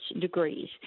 degrees